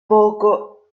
poco